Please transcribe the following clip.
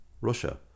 Russia